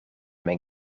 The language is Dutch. mijn